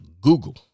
Google